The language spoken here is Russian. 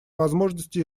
возможности